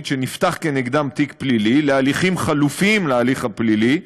שנפתח נגדם תיק פלילי להליכים חלופיים להליך הפלילי,